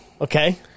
Okay